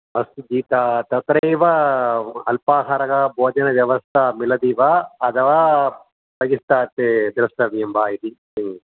अस्तु जि ता तत्रैव अल्पाहारः भोजनव्यवस्था मिलति वा अथवा बहिष्टात् द्रष्टव्यं वा इति